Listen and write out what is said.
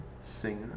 singer